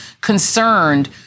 concerned